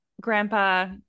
Grandpa